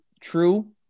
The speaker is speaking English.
true